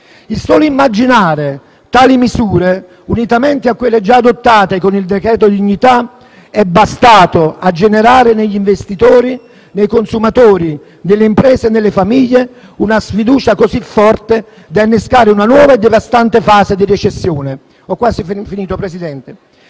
Il solo immaginare tali misure, unitamente a quelle già adottate con il decreto-legge dignità, è bastato a generare negli investitori, nei consumatori, nelle imprese e nelle famiglie una sfiducia così forte da innescare una nuova e devastante fase di recessione. Il nostro patto, cari